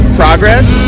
progress